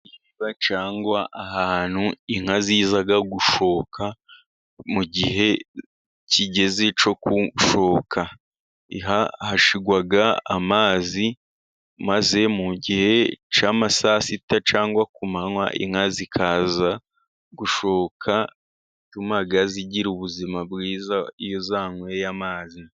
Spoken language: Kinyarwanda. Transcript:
Cyangwa ahantu inka ziza gushoka mu gihe kigeze cyo gushoka. Hashingwa amazi maze mu gihe cy'ama saa sita cyangwa ku manywa, inka zikaza gushoka atuma zigira ubuzima bwiza iyo zanyweye amazi.